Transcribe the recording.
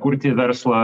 kurti verslą